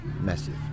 massive